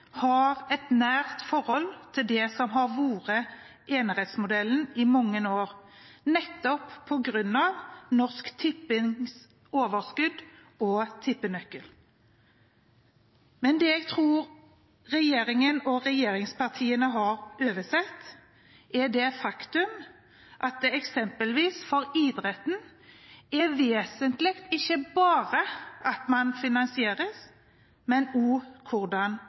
har et nært forhold til det som har vært enerettsmodellen i mange år, nettopp på grunn av Norsk Tippings overskudd og tippenøkkelen. Men det jeg tror regjeringen og regjeringspartiene har oversett, er det faktum at det eksempelvis for idretten er vesentlig ikke bare at man finansieres, men også hvordan